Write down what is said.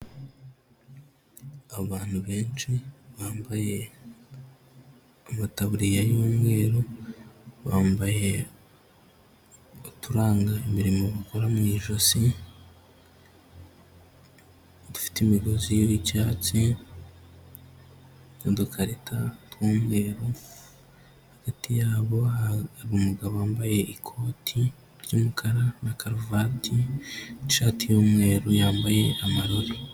Abantu benshi bambaye amataburiya y'umweru, bambaye uturanga imirimo bakora mu ijosi dufite imigozi y'icyatsi n'udukarita tw'umweru, hagati yabo hari umugabo wambaye ikoti ry'umukara na karuvati n'ishati y'umweru, yambaye amarori.